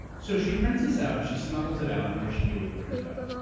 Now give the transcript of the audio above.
so she prints this out, she smuggles it out and what does she do with the printout?